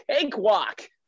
cakewalk